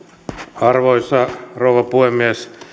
arvoisa rouva puhemies